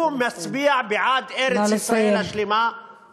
שהוא מצביע בעד ארץ-ישראל השלמה, נא לסיים.